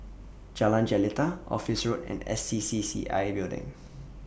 Jalan Jelita Office Road and S C C C I Building